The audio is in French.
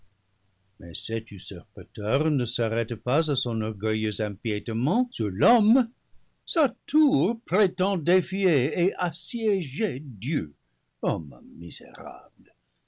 mais cet usurpateur ne s'arrête pas à son orgueilleux empiétement sur l'homme sa tour prétend défier et assiéger dieu homme